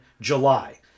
July